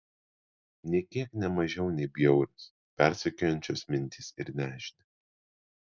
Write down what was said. nė kiek ne mažiau nei bjaurios persekiojančios mintys ir nežinia